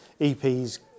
EP's